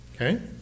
okay